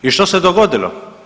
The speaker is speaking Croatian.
I što se dogodilo?